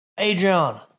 Adriana